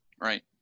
Right